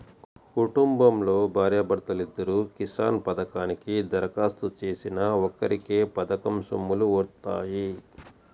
కుటుంబంలో భార్యా భర్తలిద్దరూ కిసాన్ పథకానికి దరఖాస్తు చేసినా ఒక్కరికే పథకం సొమ్ములు వత్తాయి